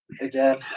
again